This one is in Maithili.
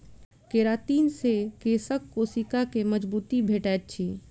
केरातिन से केशक कोशिका के मजबूती भेटैत अछि